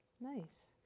Nice